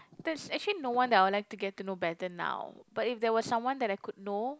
there's actually no one that I would like to get to know better now but if there were someone that I could know